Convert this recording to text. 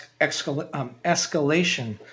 escalation